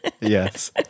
Yes